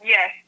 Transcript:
Yes